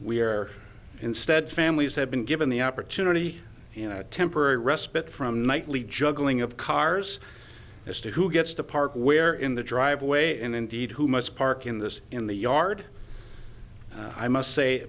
we're instead families have been given the opportunity you know a temporary respite from nightly juggling of cars as to who gets to park where in the driveway and indeed who must park in this in the yard i must say